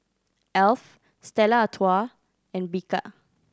Alf Stella Artoi and Bika